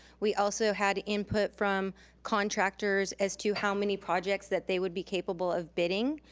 we also had input from contractors as to how many projects that they would be capable of bidding.